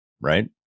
Right